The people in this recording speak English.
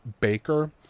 Baker